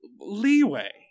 leeway